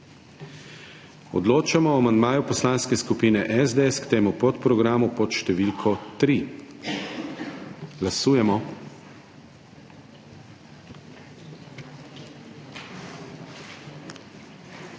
Odločamo o amandmaju Poslanske skupine SDS k temu podprogramu pod številko 1. Glasujemo.